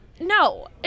No